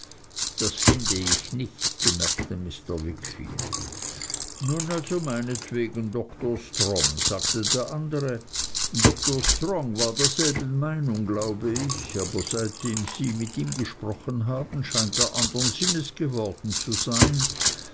das finde ich nicht bemerkte mr wickfield nun also meinetwegen doktor strong sagte der andere doktor strong war derselben meinung glaube ich aber seitdem sie mit ihm gesprochen haben scheint er andern sinnes geworden zu sein